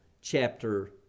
chapter